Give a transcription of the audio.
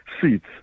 seats